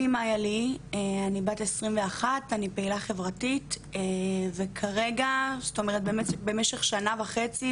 זאת אומרת במשך שנה וחצי ויותר אני נפגעתי מאלימות טכנולוגית קשה מאוד,